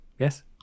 yes